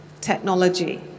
technology